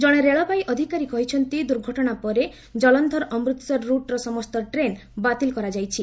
ଜଣେ ରେଳବାଇ ଅଧିକାରୀ କହିଛନ୍ତି ଦୁର୍ଘଟଣା ପରେ ଜଳନ୍ଧର ଅମୃତସର ରୁଟ୍ର ସମସ୍ତ ଟ୍ରେନ୍ ବାତିଲ୍ କରାଯାଇଛି